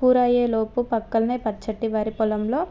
కూర అయ్యేలోపు పక్కనే పచ్చటి వరి పొలంలో